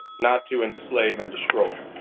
not to enslave and destroy.